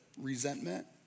resentment